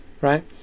right